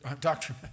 doctor